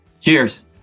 Cheers